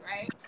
right